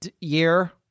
year